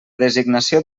designació